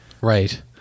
Right